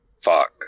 Fuck